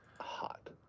hot